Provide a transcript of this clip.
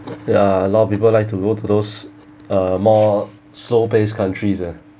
ya a lot of people like to go to those uh more slow pace countries ah